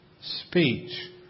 speech